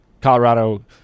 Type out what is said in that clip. colorado